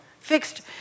Fixed